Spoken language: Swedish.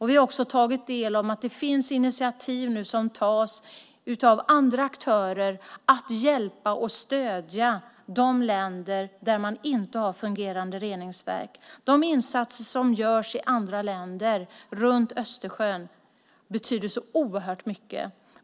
Vi har också tagit del av att initiativ tas av andra aktörer att hjälpa och stödja de länder där man inte har fungerande reningsverk. De insatser som görs i andra länder runt Östersjön betyder så oerhört mycket.